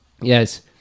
Yes